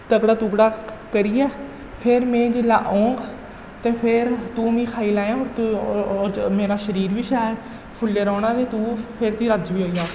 तगड़ा तुगड़ा करियै फेर में जिसलै औंङ ते फेर तूं मिगी खाई लैएआं होर होर मेरा शरीर बी शैल फुल्ले दा होना ते तूं फेर तुगी रज्ज बी होई जाना